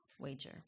wager